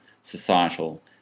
societal